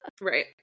right